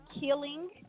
killing